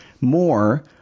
more